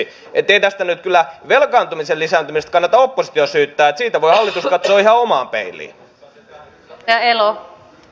että ei nyt kyllä velkaantumisen lisääntymisestä kannata oppositiota syyttää vaan siinä voi hallitus katsoa ihan omaan peiliin